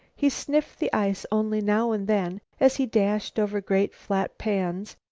he sniffed the ice only now and then as he dashed over great, flat pans,